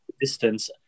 distance